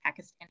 Pakistani